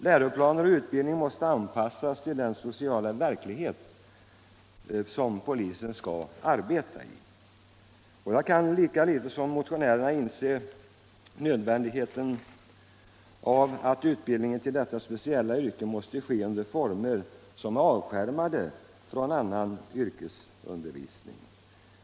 Läroplaner och utbildning måste anpassas till den sociala verklighet polisen skall arbeta i.” Jag kan lika litet som motionärerna inse nödvändigheten av att utbildningen till detta speciella yrke måste ske under former avskärmade från annan yrkesundervisning.